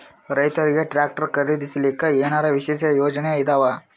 ರೈತರಿಗೆ ಟ್ರಾಕ್ಟರ್ ಖರೀದಿಸಲಿಕ್ಕ ಏನರ ವಿಶೇಷ ಯೋಜನೆ ಇದಾವ?